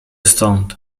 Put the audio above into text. stąd